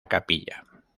capilla